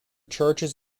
churches